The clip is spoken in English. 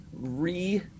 re